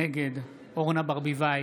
נגד אורנה ברביבאי,